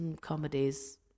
comedies